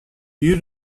you